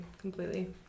completely